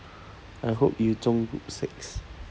i hope you 中 group six